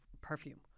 perfume